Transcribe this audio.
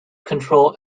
control